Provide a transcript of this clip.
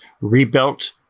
rebuilt